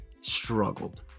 struggled